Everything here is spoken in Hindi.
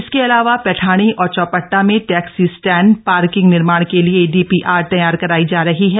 इसके अलावा पैठाणी और चौबट्टा में टैक्सी स्टैण्डपार्किंग निर्माण के लिए डीपीआर तैयार कराई जा रही है